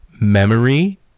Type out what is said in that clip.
memory